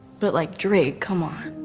but like drake, come on.